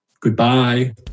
goodbye